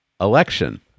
election